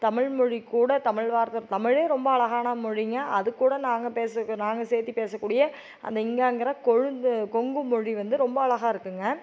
தமிழ்மொழி கூட தமிழ் வார்த்தை தமிழே ரொம்ப அழகான மொழிங்க அதுக்கூட நாங்கள் பேசுக்கு நாங்கள் சேர்த்தி பேசக்கூடிய அந்த இங்கங்கிற கொழு கொங்கு மொழி வந்து ரொம்ப அழகாக இருக்குதுங்க